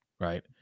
Right